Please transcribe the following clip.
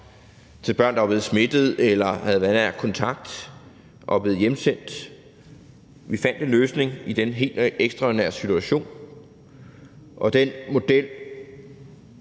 til børn, der var blevet smittet eller havde været nær kontakt og var blevet hjemsendt, og vi fandt en løsning i den helt ekstraordinære situation, og den model